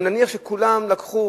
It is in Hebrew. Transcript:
אם נניח שכולם לקחו,